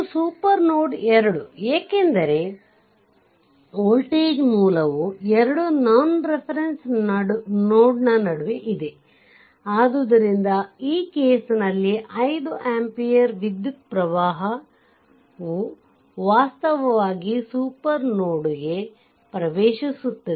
ಇದು super node 2 ಎಕೆಂದರೆ 1 voltage ಮೂಲವು 2 ನಾನ್ ರೆಫರೆನ್ಸ್ ನೋಡ್ ನಡುವೆ ಇದೆ ಆದ್ದರಿಂದ ಈ ಕೇಸ್ ನಲ್ಲಿ 5 ಆಂಪಿಯರ್ ವಿದ್ಯುತ್ ಪ್ರವಾಹವು ವಾಸ್ತವವಾಗಿ ಸೂಪರ್ ನೋಡ್ಗೆ ಪ್ರವೇಶಿಸುತ್ತದೆ